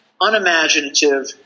Unimaginative